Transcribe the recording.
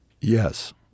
Yes